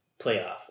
playoff